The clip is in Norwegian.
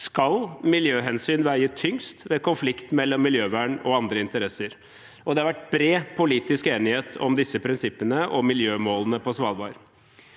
skal miljøhensyn veie tyngst ved konflikt mellom miljøvern og andre interesser. Det har vært bred politisk enighet om disse prinsippene og miljømålene på Svalbard.